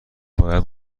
باید